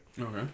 Okay